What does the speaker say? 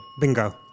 Bingo